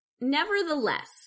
Nevertheless